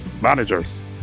managers